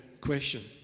question